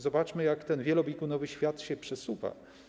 Zobaczmy, jak ten wielobiegunowy świat się przesuwa.